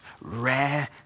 rare